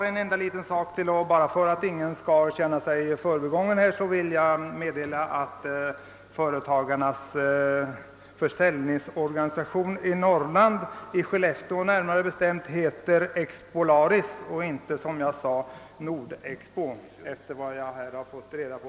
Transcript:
För att ingen skall känna sig desorienterad vill jag meddela att företa garnas försäljningsorganisation i Skellefteå heter Expolaris och inte som jag tidigare sade Nord-Expo.